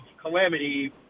calamity